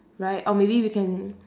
right or maybe we can